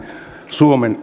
suomen